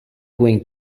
going